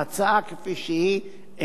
ההצעה כפי שהיא,